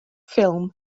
ffilm